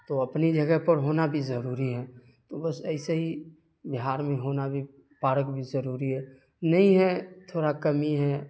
تو اپنی جگہ پر ہونا بھی ضروری ہے تو بس ایسے ہی بہار میں ہونا بھی پارک بھی ضروری ہے نہیں ہے تھوڑا کمی ہے